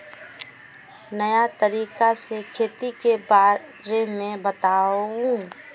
नया तरीका से खेती के बारे में बताऊं?